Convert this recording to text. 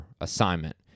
assignment